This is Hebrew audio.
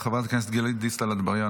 חברת הכנסת גלית דיסטל אטבריאן,